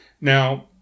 now